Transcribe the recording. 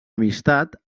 amistat